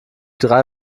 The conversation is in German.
drei